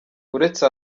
uretse